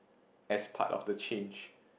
as part of the change